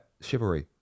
Chivalry